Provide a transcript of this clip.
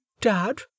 Dad